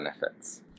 benefits